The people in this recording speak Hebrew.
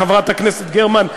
חברת הכנסת גרמן,